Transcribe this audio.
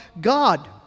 God